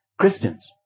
Christians